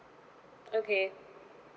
okay